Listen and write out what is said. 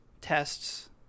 tests